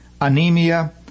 anemia